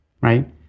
right